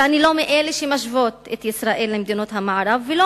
ואני לא מאלה שמשווים את ישראל למדינות המערב ולא